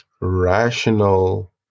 rational